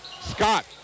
Scott